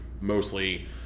mostly